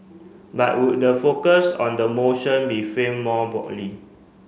but would the focus on the motion be framed more broadly